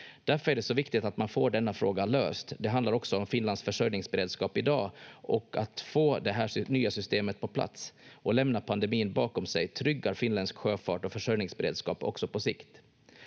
Därför är det så viktigt att man får denna fråga löst. Det handlar också om Finlands försörjningsberedskap i dag, och att få det här nya systemet på plats och lämna pandemin bakom sig tryggar finländsk sjöfart och försörjningsberedskap också på sikt.